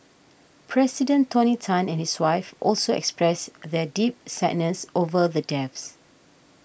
President Tony Tan and his wife also expressed their deep sadness over the deaths